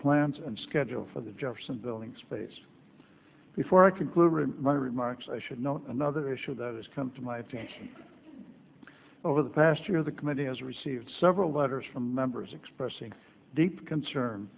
plans and schedule for the jefferson building space before i conclude my remarks i should note another issue that has come to my feet over the past year the committee has received several letters from members expressing deep concern